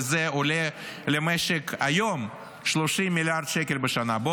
וזה עולה למשק היום 30 מיליארד שקל בשנה.